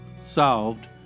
Solved